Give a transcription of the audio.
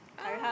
ah